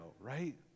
right